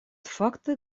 факты